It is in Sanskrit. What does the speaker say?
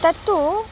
तत्तु